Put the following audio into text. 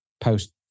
post